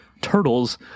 turtles